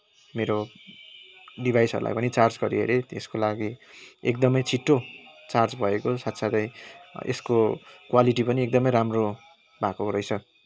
मेरो डिभाइसहरूलाई पनि चार्ज गरि हेरेँ त्यसको लागि एकदमै छिटो चार्ज भएको साथसाथै यसको क्वालिटी पनि एकदमै राम्रो भएको रहेछ